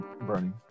burning